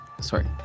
Sorry